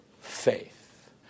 faith